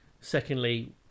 Secondly